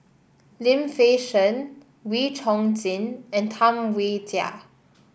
Lim Fei Shen Wee Chong Jin and Tam Wai Jia